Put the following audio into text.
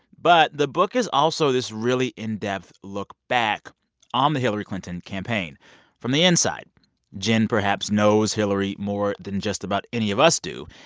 but the book is also this really in-depth look back on um the hillary clinton campaign from the inside jen perhaps knows hillary more than just about any of us do.